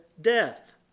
death